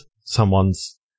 someone's